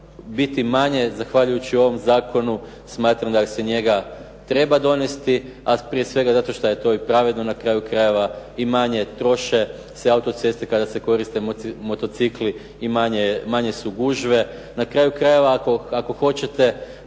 biti manje zahvaljujući ovom zakonom, smatram da se njega treba donijeti, a prije svega zato što je to i pravedno na kraju krajeva i manje troše se autoceste kada se koriste motocikli i manje su gužve. Na kraju krajeva, ako hoćete